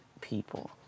people